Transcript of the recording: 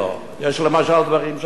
יש למשל דברים שאני יודע,